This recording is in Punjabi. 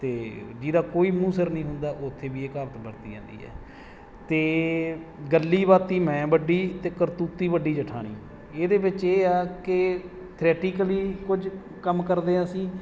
ਅਤੇ ਜਿਹਦਾ ਕੋਈ ਮੂੰਹ ਸਿਰ ਨਹੀਂ ਹੁੰਦਾ ਉੱਥੇ ਵੀ ਇਹ ਕਹਾਵਤ ਵਰਤੀ ਜਾਂਦੀ ਹੈ ਅਤੇ ਗੱਲੀ ਬਾਤੀਂ ਮੈਂ ਵੱਡੀ ਅਤੇ ਕਰਤੂਤੀ ਵੱਡੀ ਜੇਠਾਣੀ ਇਹਦੇ ਵਿੱਚ ਇਹ ਆ ਕਿ ਥਰੈਟੀਕਲੀ ਕੁਝ ਕੰਮ ਕਰਦੇ ਹਾਂ ਅਸੀਂ